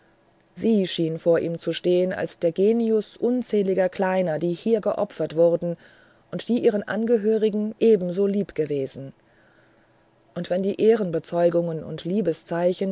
sie schien vor ihm zu stehen als der genius unzähliger kleiner die hier geopfert wurden und die ihren angehörigen ebenso lieb gewesen und wenn die ehrenbezeugungen und